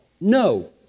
No